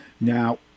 Now